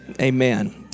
Amen